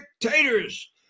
dictators